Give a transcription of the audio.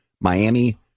Miami